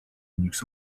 linux